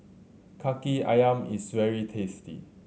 Kaki Ayam is very tasty